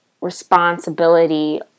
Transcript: responsibility